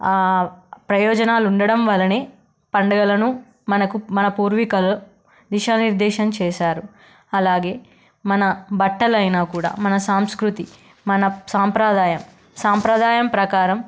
ప్రయోజనాలు ఉండడం వలనే పండగలను మనకు మన పూర్వికులు దిశానిర్ధేశం చేసారు అలాగే మన బట్టలు అయినా కూడా మన సాంస్కృతి మన సాంప్రదాయం సాంప్రదాయం ప్రకారం